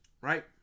Right